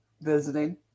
visiting